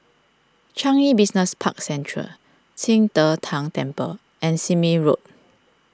Changi Business Park Central Qing De Tang Temple and Sime Road